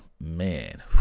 man